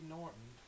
Norton